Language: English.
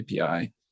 API